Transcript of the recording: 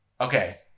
Okay